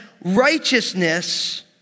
righteousness